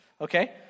okay